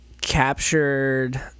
captured